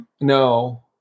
No